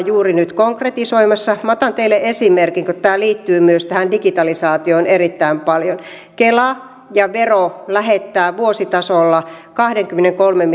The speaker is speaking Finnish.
juuri nyt konkretisoimassa minä otan teille esimerkin kun tämä liittyy myös tähän digitalisaatioon erittäin paljon kela ja vero lähettävät vuositasolla kahdenkymmenenkolmen